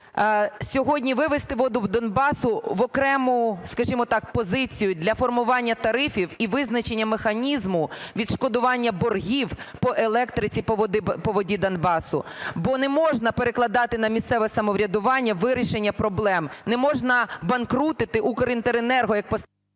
сьогодні вивести "Воду Донбасу" в окрему, скажімо так, в позицію для формування тарифів і визначення механізму відшкодування боргів по електриці по "Воді Донбасу"? Бо не можна перекладати на місцеве самоврядування вирішення проблем, не можна банкрутити "Укрінтеренерго"… ГОЛОВУЮЧИЙ.